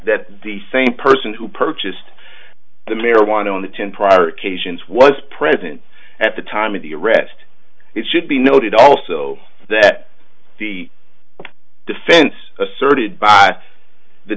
that the same person who purchased the marijuana on the ten prior occasions was present at the time of the arrest it should be noted also that the defense asserted by the